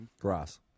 Grass